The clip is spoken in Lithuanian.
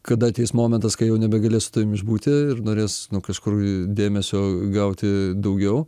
kada ateis momentas kai jau nebegalės su tavim išbūti ir norės nu kažkur dėmesio gauti daugiau